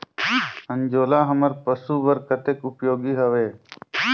अंजोला हमर पशु बर कतेक उपयोगी हवे?